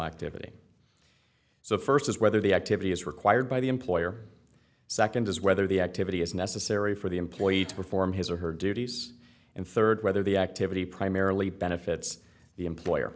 activity so first is whether the activity is required by the employer second is whether the activity is necessary for the employee to perform his or her duties and third whether the activity primarily benefits the employer